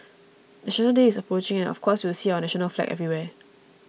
National Day is approaching and of course you'll see our national flag everywhere